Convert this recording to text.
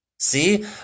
See